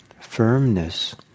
firmness